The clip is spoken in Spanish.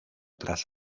tras